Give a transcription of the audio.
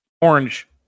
Orange